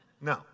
No